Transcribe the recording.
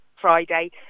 Friday